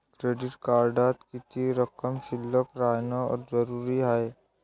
Credit कार्डात किती रक्कम शिल्लक राहानं जरुरी हाय?